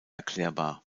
erklärbar